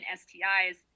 stis